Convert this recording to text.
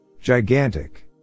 Gigantic